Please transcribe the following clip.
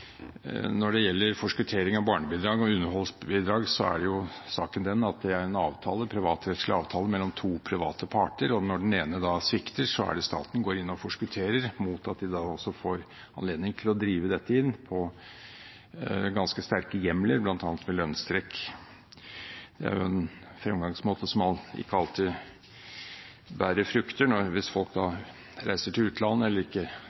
Når det gjelder forskuttering av barnebidrag og underholdsbidrag, er saken den at det er en privatrettslig avtale mellom to private parter. Når den ene svikter, er det at staten går inn og forskutterer, mot at man får anledning til å drive dette inn, ut fra ganske sterke hjemler – bl.a. ved lønnstrekk. Det er en fremgangsmåte som ikke alltid bærer frukt hvis folk reiser til utlandet eller ikke